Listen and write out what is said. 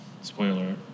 Spoiler